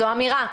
זו אמירה.